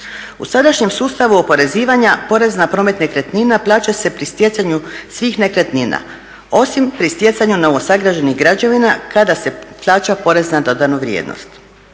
U sadašnjem sustavu oporezivanja porez na promet nekretnina plaća se pri stjecanju svih nekretnina, osim pri stjecanju novosagrađenih građevina kada se plaća porez na dodanu vrijednost.